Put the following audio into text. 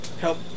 help